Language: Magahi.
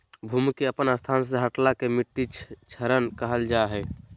भूमि के अपन स्थान से हटला के मिट्टी क्षरण कहल जा हइ